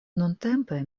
nuntempe